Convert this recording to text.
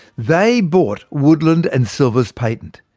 they bought woodland and silver's patent,